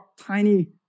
tiny